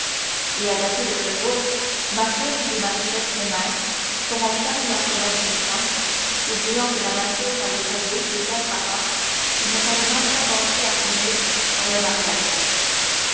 et à dater de ce jour macloune et marichette s'aimèrent comme on s'aime lorsqu'on a dix-huit ans oubliant que la nature avait fait d'eux des êtres à part qu'il ne fallait même pas penser à unir par le mariage